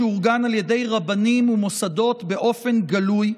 שאורגן על ידי רבנים ומוסדות באופן גלוי,